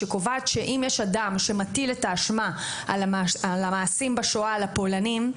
שקובעת שאם יש אדם שמטיל את האשמה על המעשים בשואה על הפולנים,